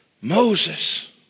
Moses